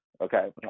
okay